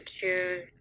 choose